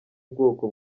bwoko